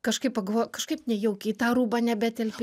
kažkaip pagalvoj kažkaip nejaukiai į tą rūbą nebetelpi